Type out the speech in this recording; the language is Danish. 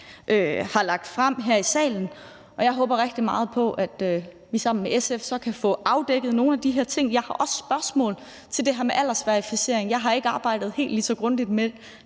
har fremsat her i salen, og jeg håber rigtig meget på, at vi sammen med SF så kan få afdækket nogle af de her ting. Jeg har også spørgsmål til det her med aldersverificering. Jeg har ikke arbejdet helt lige så grundigt med